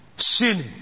Sinning